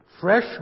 fresh